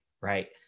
right